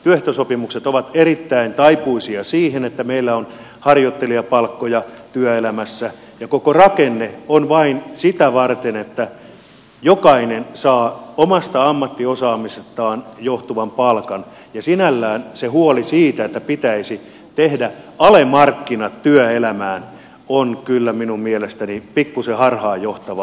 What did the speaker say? työehtosopimukset ovat erittäin taipuisia siihen että meillä on harjoittelijapalkkoja työelämässä ja koko rakenne on vain sitä varten että jokainen saa omasta ammattiosaamisestaan johtuvan palkan ja sinällään se huoli siitä että pitäisi tehdä alemarkkinat työelämään on kyllä minun mielestäni pikkusen harhaanjohtavaa